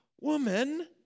Woman